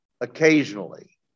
occasionally